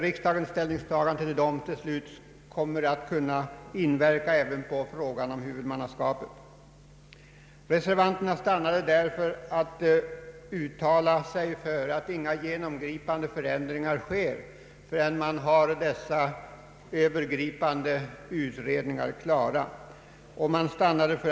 Riksdagens ställningstagande till dessa kommer att kunna inverka även på frågan om huvudmannaskapet. Reservanterna stannade därför vid att uttala sig för att inga genomgripande förändringar bör ske, förrän dessa övergripande utredningar är klara.